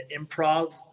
improv